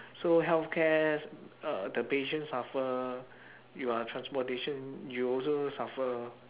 so healthcare uh the patient suffer your transportation you also suffer